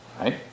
right